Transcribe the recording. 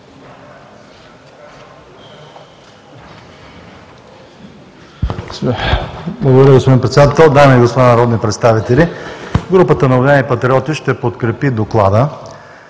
Благодаря Ви, господин Председател. Дами и господа народни представители! Групата на „Обединени патриоти“ ще подкрепи Доклада,